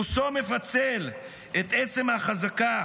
רוסו מפצל את עצם החזקה